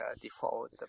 default